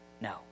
No